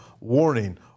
warning